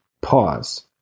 Pause